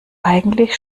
eigentlich